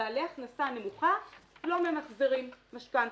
בעלי הכנסה נמוכה לא ממחזרים משכנתא.